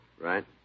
Right